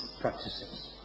practices